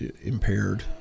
impaired